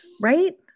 Right